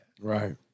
Right